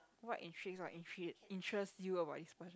what intrigues or intere~ interest you about this per~